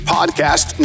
Podcast